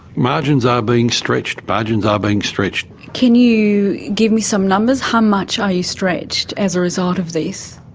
margins are being stretched, budgets are being stretched. can you give me some numbers? how much are you stretched as a result of this?